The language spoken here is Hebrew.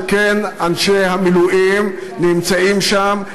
שכן אנשי המילואים נמצאים שם,